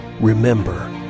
Remember